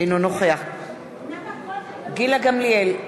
אינו נוכח גילה גמליאל,